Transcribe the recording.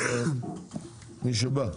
מי שבא,